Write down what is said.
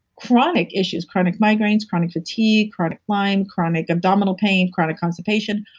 chronic issues, chronic migraines, chronic fatigue, chronic lyme, chronic abdominal pain, chronic constipation,